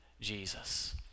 Jesus